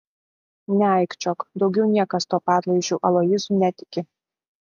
neaikčiok daugiau niekas tuo padlaižiu aloyzu netiki